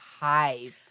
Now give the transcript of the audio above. hyped